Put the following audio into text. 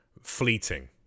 fleeting